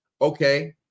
Okay